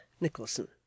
Nicholson